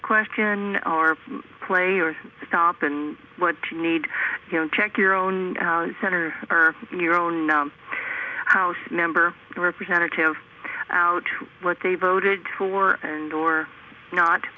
a question or play or stop and what you need can check your own center or your own house member representative out what they voted for and or not